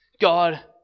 God